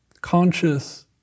conscious